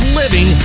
living